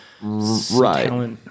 right